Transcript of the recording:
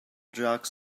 jocks